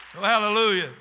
Hallelujah